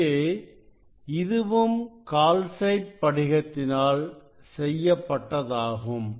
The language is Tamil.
இங்கே இதுவும் கால்சைட்படிகத்தினாள் செய்யப்பட்டதாகும்